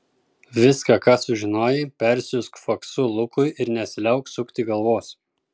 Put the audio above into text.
viską ką sužinojai persiųsk faksu lukui ir nesiliauk sukti galvos